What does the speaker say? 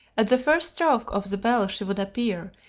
at the first stroke of the bell she would appear,